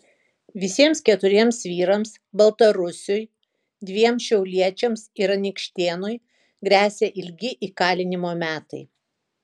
visiems keturiems vyrams baltarusiui dviem šiauliečiams ir anykštėnui gresia ilgi įkalinimo metai